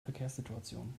verkehrssituation